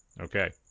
Okay